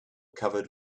covered